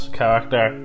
character